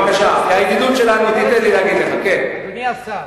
אדוני השר,